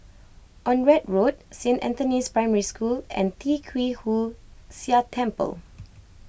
Onraet Road Saint Anthony's Primary School and Tee Kwee Hood Sia Temple